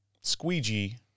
squeegee